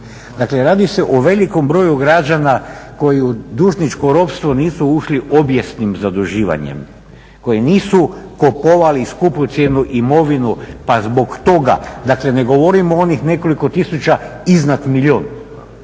Dakle, radi se o velikom broju građana koji u dužničko ropstvo nisu ušli obijesnim zaduživanjem, koji nisu kupovali skupocjenu imovinu pa zbog toga, dakle ne govorim o onih nekoliko tisuća iznad milijun.